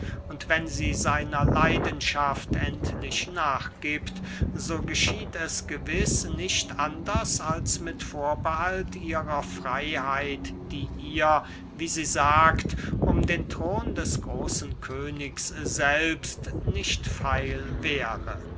und wenn sie seiner leidenschaft endlich nachgiebt so geschieht es gewiß nicht anders als mit vorbehalt ihrer freyheit die ihr wie sie sagt um den thron des großen königs selbst nicht feil wäre